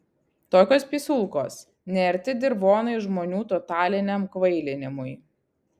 tokios pisulkos nearti dirvonai žmonių totaliniam kvailinimui